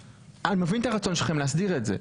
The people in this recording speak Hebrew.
אני מבין את הרצון שלכם להסדיר את זה,